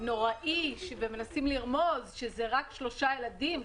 נוראי ומנסים לרמוז שזה רק שלושה ילדים,